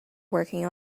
working